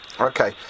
Okay